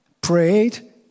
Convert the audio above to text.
prayed